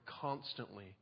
constantly